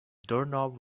doorknob